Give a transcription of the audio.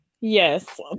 yes